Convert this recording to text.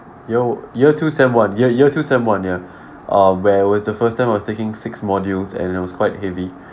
year year two semester one year year two semester one ya um where it was the first time I was taking six modules and it was quite heavy